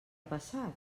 passat